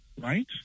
right